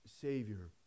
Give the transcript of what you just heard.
Savior